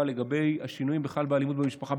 לגבי השינויים בכלל באלימות במשפחה,